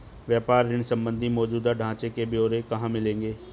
व्यापार ऋण संबंधी मौजूदा ढांचे के ब्यौरे कहाँ मिलेंगे?